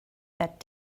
that